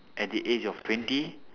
at the age of twenty